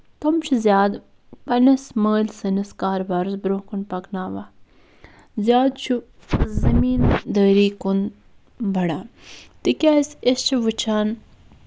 تٔمۍ چھِ زیادٕ پَنٕنِس مٲلۍ سٕنٛدِس کاربارَس برٛونٛہہ کُن پَکناوان زیادٕ چھُ زٔمیٖن دٲری کُن بَڈان تِکیٛازِ أسۍ چھِ وُچھان